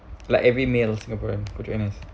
like every male singaporean go to N_S